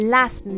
Last